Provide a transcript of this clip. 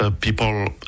people